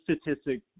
statistic